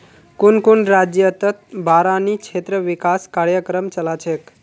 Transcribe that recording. कुन कुन राज्यतत बारानी क्षेत्र विकास कार्यक्रम चला छेक